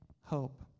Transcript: hope